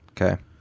okay